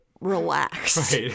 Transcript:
relax